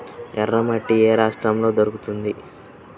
ఎర్రమట్టి ఏ రాష్ట్రంలో దొరుకుతుంది?